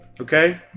Okay